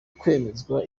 kwemezwa